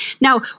Now